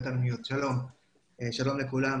שלום לכולם.